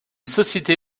société